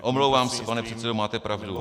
Omlouvám se, pane předsedo, máte pravdu.